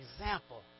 example